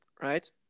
right